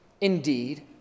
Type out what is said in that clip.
indeed